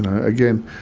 ah again,